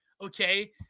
okay